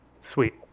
Sweet